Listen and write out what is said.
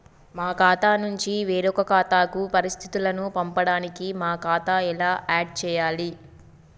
మా ఖాతా నుంచి వేరొక ఖాతాకు పరిస్థితులను పంపడానికి మా ఖాతా ఎలా ఆడ్ చేయాలి?